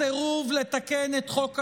הסירוב לתקן את חוק הלאום,